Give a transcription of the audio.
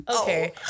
okay